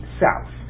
south